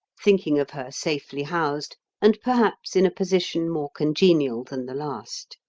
thinking of her safely housed and perhaps in a position more congenial than the last.